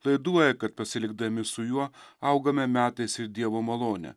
laiduoja kad pasilikdami su juo augame metais ir dievo malone